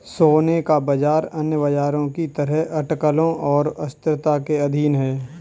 सोने का बाजार अन्य बाजारों की तरह अटकलों और अस्थिरता के अधीन है